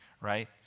right